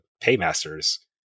paymasters